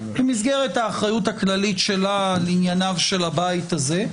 במסגרת האחריות הכללית שלה לענייניו של הבית הזה,